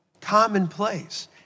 commonplace